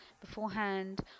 beforehand